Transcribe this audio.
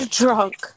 drunk